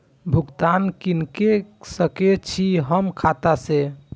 भुगतान किनका के सकै छी हम खाता से?